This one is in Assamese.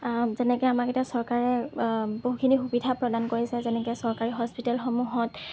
যেনেকৈ আমাক এতিয়া চৰকাৰে বহুতখিনি সুবিধা প্ৰদান কৰিছে যেনেকৈ চৰকাৰী হস্পিতালসমূহত